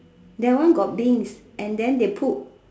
that one got beans and then they put